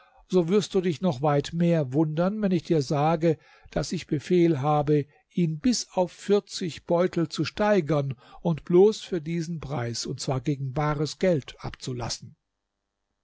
so wirst du dich noch weit mehr wundern wenn ich dir sage daß ich befehl habe ihn bis auf vierzig beutel zu steigern und bloß für diesen preis und zwar gegen bares geld abzulassen